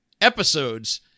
episodes